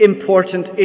important